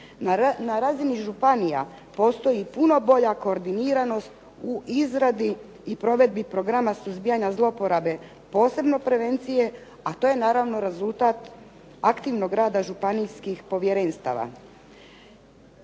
Na razini županija postoji puno bolja koordiniranost u izradi i provedbi programa suzbijanja zloporabe, posebno prevencije, a to je naravno rezultat aktivnog rada županijskih povjerenstava.